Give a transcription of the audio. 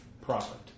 profit